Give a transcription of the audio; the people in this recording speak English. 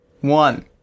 One